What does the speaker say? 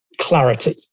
clarity